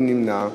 מי נמנע?